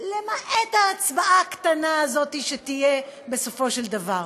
למעט ההצבעה הקטנה הזאת, שתהיה בסופו של דבר.